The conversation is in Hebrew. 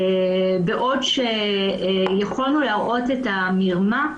בעוד שיכולנו להראות את המרמה,